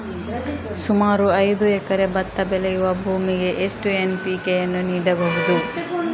ಸುಮಾರು ಐದು ಎಕರೆ ಭತ್ತ ಬೆಳೆಯುವ ಭೂಮಿಗೆ ಎಷ್ಟು ಎನ್.ಪಿ.ಕೆ ಯನ್ನು ನೀಡಬಹುದು?